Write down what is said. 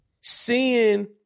Seeing